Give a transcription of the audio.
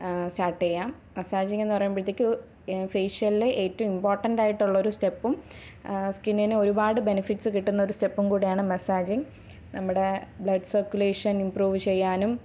start ചെയ്യാം massaging എന്നു പറയുമ്പോഴത്തേക്കും ഫേഷ്യലിലെ ഏറ്റവും ഇമ്പോർട്ടൻ്റ് ആയിട്ടുള്ളൊരു സ്റ്റെപ്പും സ്കിന്നിന് ഒരുപാട് ബെനെഫിറ്റ്സ് കിട്ടുന്നൊരു സ്റ്റെപ്പും കൂടെയാണ് മെസാജിംഗ് നമ്മുടെ ബ്ലഡ് സർക്കുലേഷൻ ഇമ്പ്രൂവ് ചെയ്യാനും